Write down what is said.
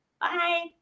Bye